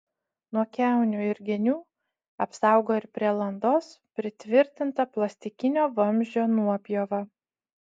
nuo kiaunių ir genių apsaugo ir prie landos pritvirtinta plastikinio vamzdžio nuopjova